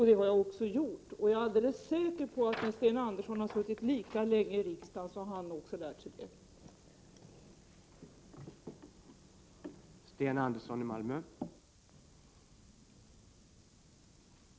Det har jag också gjort, och jag är alldeles säker på att när Sten Andersson har suttit lika länge i riksdagen har han också lärt sig det.